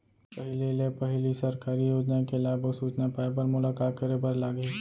पहिले ले पहिली सरकारी योजना के लाभ अऊ सूचना पाए बर मोला का करे बर लागही?